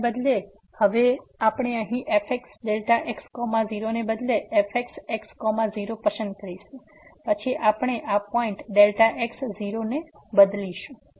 તેથી આને બદલે હવે આપણે અહીં fxx0 ને બદલે fxx 0 પસંદ કરીશું પછી આપણે આ પોઈન્ટ x0 તરીકે બદલીશું